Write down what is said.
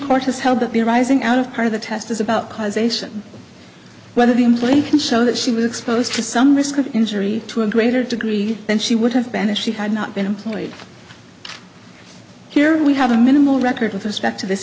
court has held that the arising out of part of the test is about causation whether the employee can show that she was exposed to some risk of injury to a greater degree than she would have banished she had not been employed here we have a minimal record with respect to this